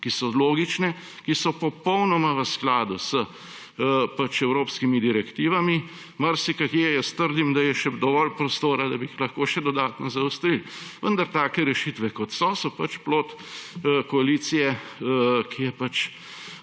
ki so logične, ki so popolnoma v skladu z evropskimi direktivami. Trdim, da je marsikje še dovolj prostora, da bi jih lahko še dodatno zaostrili, vendar take rešitve, kot so, so plod koalicije, ki je